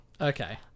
Okay